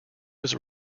was